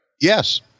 Yes